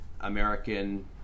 American